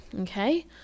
okay